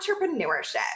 entrepreneurship